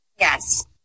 Yes